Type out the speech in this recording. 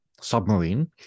submarine